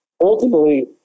ultimately